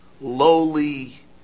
lowly